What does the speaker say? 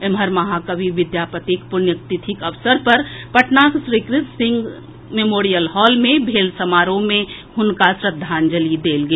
एम्हर महाकवि विद्यापतिक पुण्यतिथिक अवसर पर पटनाक श्री कृष्ण मेमोरियल हॉल मे भेल समारोह मे हुनका श्रद्धांजलि देल गेल